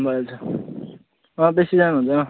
भइहाल्छ अँ बेसी जानुहुँदैन